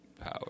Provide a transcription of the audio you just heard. power